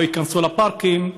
לא ייכנסו לפארקים,